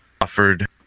offered